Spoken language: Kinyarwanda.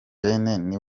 wenyine